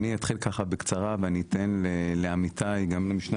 אני אתחיל בקצרה ואתן לעמיתי גם למשנה